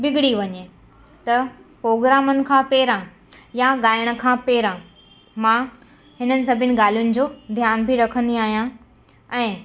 बिगिड़ी वञे त पोग्रामनि खां पहिरां या ॻाइण खां पहिरां मां हिननि सभिनि ॻाल्हियुनि जो ध्यान बि रखंदी आहियां ऐं